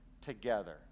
together